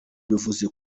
bivuze